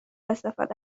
استفاده